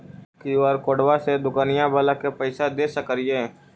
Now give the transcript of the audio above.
QR कोडबा से दुकनिया बाला के पैसा दे सक्रिय?